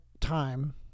time